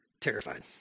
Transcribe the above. terrified